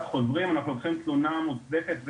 חוזרים אנחנו לוקחים תלונה מוצדקת,